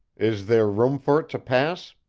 is there room for it to pass?